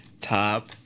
Top